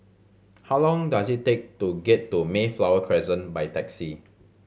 how long does it take to get to Mayflower Crescent by taxi